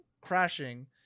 crashing